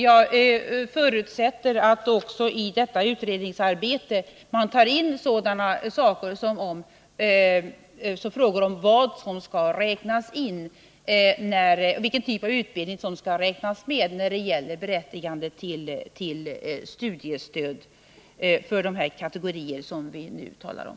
Jag förutsätter att man i detta utredningsarbete också tar in sådana saker som frågor om vilken typ av utbildning som skall räknas med när det gäller berättigande till studiestöd för de kategorier som vi nu talar om.